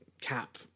Cap